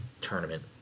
tournament